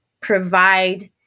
provide